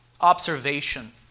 observation